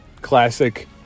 classic